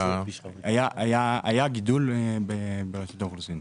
היה גידול ברשות האוכלוסין.